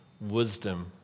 wisdom